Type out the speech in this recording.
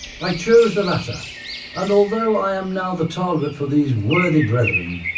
i chose the latter and although i am now the target for these worthy brethern,